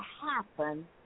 happen